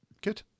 good